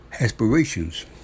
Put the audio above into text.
aspirations